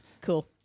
Cool